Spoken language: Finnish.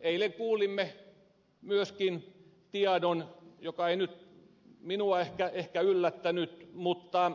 eilen kuulimme myöskin tiedon joka ei nyt minua ehkä yllättänyt mutta